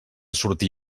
sortir